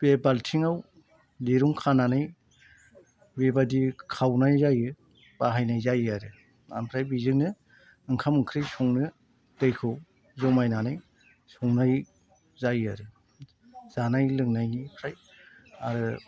बे बाल्थिंआव दिरुं खानानै बेबायदि खावनाय जायो बाहायनाय जायो आरो ओमफ्राय बेजोंनो ओंखाम ओंख्रि संनो दैखौ जमायनानै संनाय जायो आरो जानाय लोंनायनिफ्राय आरो